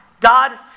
God